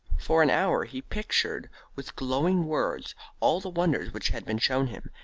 for an hour he pictured with glowing words all the wonders which had been shown him,